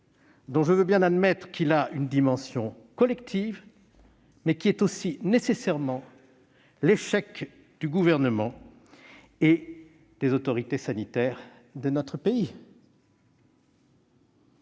dont je veux bien admettre la dimension collective, mais c'est aussi nécessairement l'échec du Gouvernement et des autorités sanitaires de notre pays.